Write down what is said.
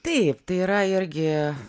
taip tai yra irgi